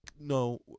no